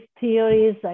theories